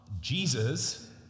Jesus